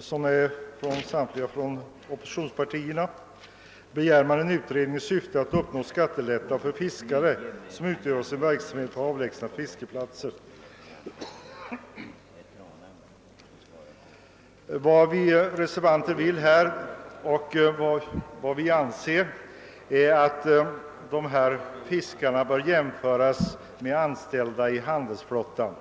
som är undertecknad av alla ledamöter i oppositionspartierna begäres en utredning i syfte att uppnå skattelättnad för fiskare som utövar sin verksamhet på avlägsna fiskeplatser. Vi reservanter anser att dessa fiskare bör jämföras med anställda i handelsflottan.